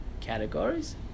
categories